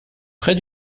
près